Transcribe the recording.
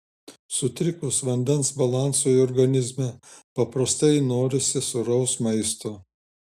sutrikus vandens balansui organizme paprastai norisi sūraus maisto